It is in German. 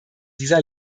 dieser